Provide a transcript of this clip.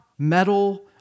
Metal